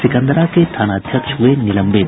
सिकंदरा के थानाध्यक्ष हुये निलंबित